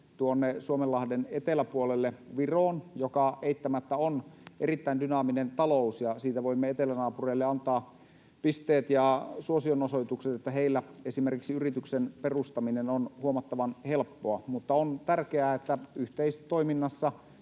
tuonne Suomenlahden eteläpuolelle Viroon, joka eittämättä on erittäin dynaaminen talous. Siitä voimme etelänaapureille antaa pisteet ja suosionosoitukset, että heillä esimerkiksi yrityksen perustaminen on huomattavan helppoa. Mutta on tärkeää, että yhteistoiminnassa